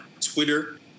Twitter